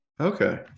Okay